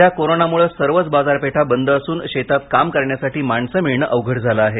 सध्या कोरोनामुळे सर्वच बाजारपेठ बंद असुन शेतात काम करण्यासाठी माणसं मिळणं अवघड झालं आहे